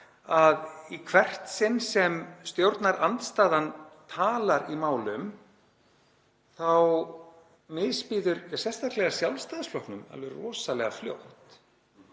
að í hvert sinn sem stjórnarandstaðan talar í málum þá misbjóði sérstaklega Sjálfstæðisflokknum alveg rosalega fljótt.